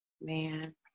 Man